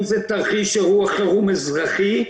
אם זה תרחיש אירוע חירום אזרחי,